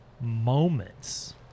moments